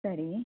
ಸರಿ